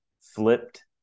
flipped